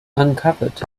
uncovered